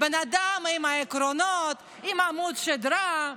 אדם עם עקרונות, עם עמוד שדרה,